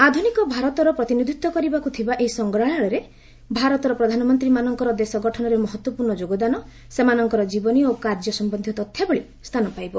ଆଧୁନିକ ଭାରତର ପ୍ରତିନିଧିତ୍ୱ କରିବାକୁ ଥିବା ଏହି ସଂଗ୍ରହାଳୟରେ ଭାରତର ପ୍ରଧାନମନ୍ତ୍ରୀମାନଙ୍କର ଦେଶ ଗଠନରେ ମହତ୍ତ୍ୱପୂର୍ଣ୍ଣ ଯୋଗଦାନ ସେମାନଙ୍କର ଜୀବନୀ ଓ କାର୍ଯ୍ୟ ସମ୍ବନ୍ଧୀୟ ତଥ୍ୟାବଳୀ ସ୍ଥାନ ପାଇବ